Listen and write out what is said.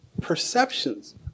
perceptions